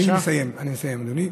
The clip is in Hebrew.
אני מסיים, אדוני.